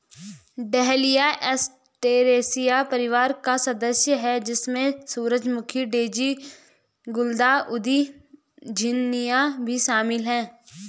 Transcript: dahlia Asteraceae परिवार का सदस्य है, जिसमें सूरजमुखी, डेज़ी, गुलदाउदी, झिननिया भी शामिल है